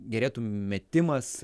gerėtų metimas